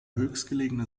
höchstgelegene